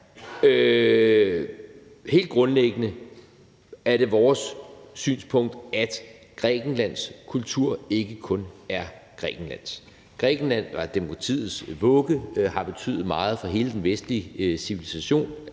Helt grundlæggende er det vores synspunkt, at Grækenlands kultur ikke kun er Grækenlands. Grækenland er demokratiets vugge og har betydet uvurderlig meget for hele den vestlige civilisation,